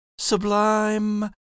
Sublime